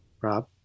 Rob